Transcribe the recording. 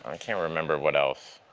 i can't remember what else.